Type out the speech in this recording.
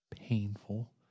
painful